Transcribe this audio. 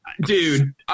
Dude